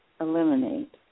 eliminate